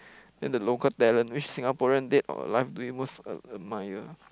then the local talent which Singaporean dead or alive do you most ad~ admire